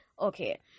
Okay